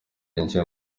yinjiye